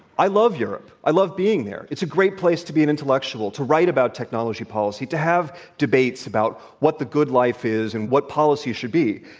i love europe. i love being there. it's a great place to be an intellectual, to write about technology policy, to have debates about what the good life is and what policy should be.